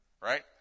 right